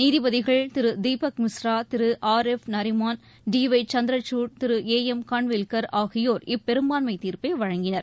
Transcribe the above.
நீதிபதிகள் Thiru Deepak Misra Thiru R F Nariman D Y Chandrachud Thiru A M Khanwilkar ஆகியோர் இப்பெரும்பான்மை தீர்ப்பை வழங்கினர்